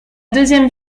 deuxième